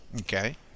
okay